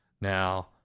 now